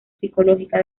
psicológica